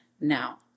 Now